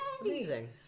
Amazing